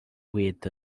with